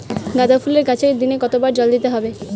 গাদা ফুলের গাছে দিনে কতবার জল দিতে হবে?